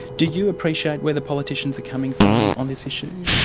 do you appreciate where the politicians are coming from um on this issue?